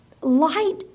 light